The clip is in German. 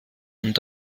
und